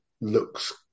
looks